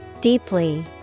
Deeply